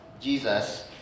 Jesus